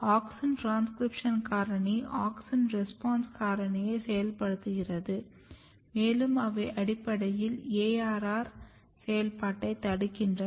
auxin transcription காரணி auxin response காரணியை செயல்படுத்துகிறது மேலும் அவை அடிப்படையில் ARR செயல்பாட்டைத் தடுக்கின்றன